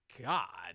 God